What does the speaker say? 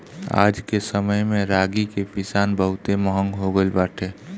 आजके समय में रागी के पिसान बहुते महंग हो गइल बाटे